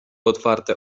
otwarte